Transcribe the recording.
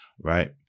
right